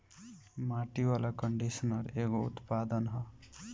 माटी वाला कंडीशनर एगो उत्पाद ह